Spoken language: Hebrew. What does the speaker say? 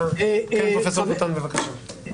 אבל צריך להביא ראיות, להראות שיש שיקול זר.